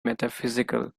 metaphysical